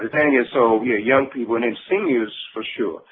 then yeah so, yeah young people and then seniors for sure,